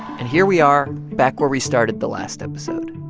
and here we are, back where we started the last episode.